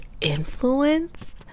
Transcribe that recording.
influence